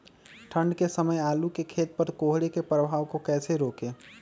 ठंढ के समय आलू के खेत पर कोहरे के प्रभाव को कैसे रोके?